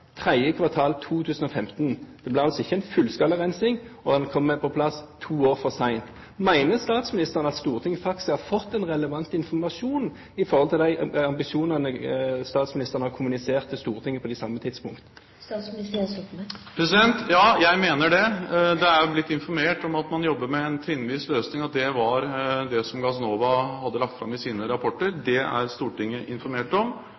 to år for sent. Mener statsministeren at Stortinget faktisk har fått den relevante informasjonen når det gjelder de ambisjonene statsministeren har kommunisert til Stortinget på de samme tidspunkt? Ja, jeg mener det. Det er blitt informert om at man jobber med en trinnvis løsning, og at det var det som Gassnova hadde lagt fram i sine rapporter. Det er Stortinget informert om.